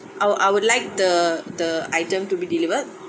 I wo~ I would like the the item to be delivered